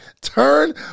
Turn